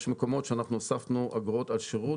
יש מקומות שאנחנו הוספנו אגרות על שירות